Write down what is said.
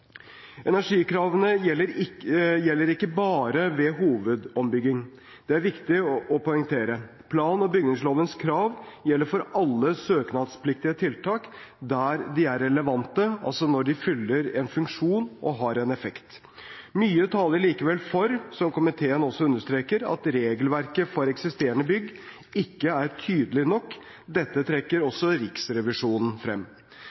Energikravene gjelder ikke bare ved hovedombygging – det er viktig å poengtere. Plan- og bygningslovens krav gjelder for alle søknadspliktige tiltak der de er relevante, altså når de fyller en funksjon og har en effekt. Mye taler likevel for, som komiteen også understreker, at regelverket for eksisterende bygg ikke er tydelig nok. Dette trekker også Riksrevisjonen frem.